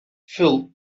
phil